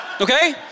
Okay